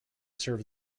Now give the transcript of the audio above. served